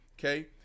Okay